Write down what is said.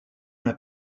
n’a